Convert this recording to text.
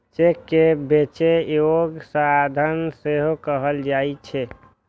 cheque कें बेचै योग्य साधन सेहो कहल जाइ छै